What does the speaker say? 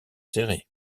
serrés